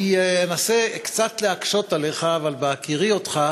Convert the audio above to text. אני אנסה קצת להקשות עליך, אבל בהכירי אותך